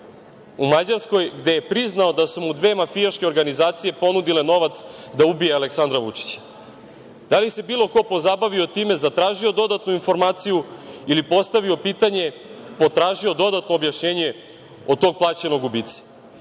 u Mađarskoj, gde je priznao da su mu dve mafijaške organizacije ponudile novac da ubije Aleksandra Vučića? Da li se bilo ko pozabavio time, zatražio dodatnu informaciju ili postavio pitanje, potražio dodatno objašnjenje od tog plaćenog